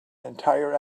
entire